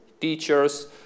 teachers